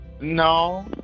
no